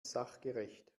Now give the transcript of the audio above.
sachgerecht